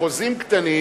בחוזים קטנים.